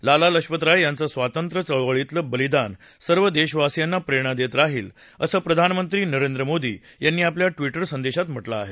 लाला लजपत राय यांचं स्वातंत्र चळ्वळीतलं बलिदान सर्व देशवासियांना प्रेरणा देत राहील असं प्रधानमंत्री नरेंद्र मोदी यांनी आपल्या ट्विटर संदेशात म्हटलं आहे